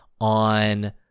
on